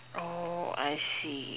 I see